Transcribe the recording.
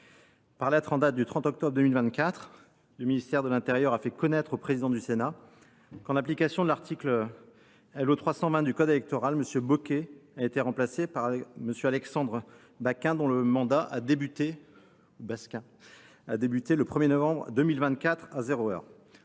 Par lettre en date du 30 octobre 2024, le ministère de l’intérieur a fait connaître au président du Sénat qu’en application de l’article L.O. 320 du code électoral M. Bocquet a été remplacé par M. Alexandre Basquin, dont le mandat a commencé le 1novembre 2024 à